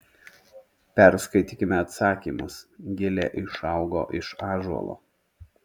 perskaitykime atsakymus gilė išaugo iš ąžuolo